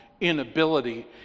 inability